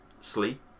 sleep